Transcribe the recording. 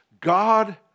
God